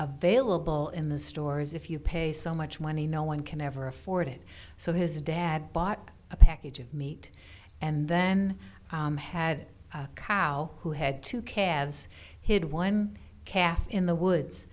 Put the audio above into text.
a vailable in the stores if you pay so much money no one can ever afford it so his dad bought a package of and then had a cow who had two calves hid one calf in the woods